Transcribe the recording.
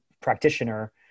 practitioner